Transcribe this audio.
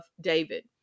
David